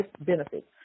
benefits